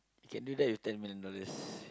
can do that with ten million dollars